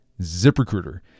ZipRecruiter